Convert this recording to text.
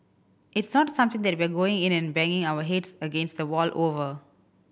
it's not something that we are going in and banging our heads against a wall over